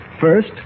First